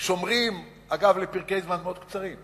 שומרים, אגב, לפרקי זמן מאוד קצרים,